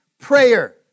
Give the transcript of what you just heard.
prayer